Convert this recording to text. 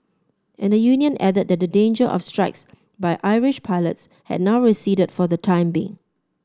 and the union added that the danger of strikes by Irish pilots had now receded for the time being